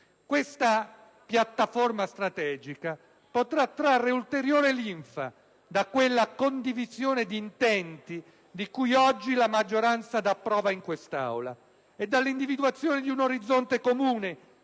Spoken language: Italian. Questa piattaforma strategica potrà trarre ulteriore linfa da quella condivisione di intenti di cui oggi la maggioranza dà prova in quest'Aula e dall'individuazione di un orizzonte comune